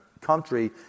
country